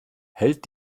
hält